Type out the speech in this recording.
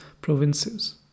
provinces